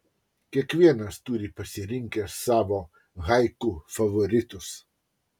kiekvienas turi pasirinkęs savo haiku favoritus